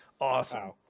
awesome